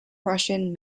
russian